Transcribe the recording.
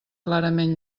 clarament